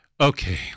okay